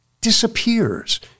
disappears